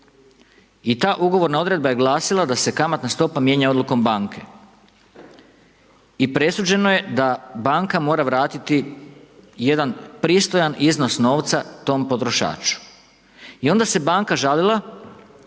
I ta ugovorna odredba je glasila da se kamatna stopa mijenja odlukom banke i presuđeno je da banka mora vratiti jedan pristojan iznos novca tom potrošaču i onda se banka žalila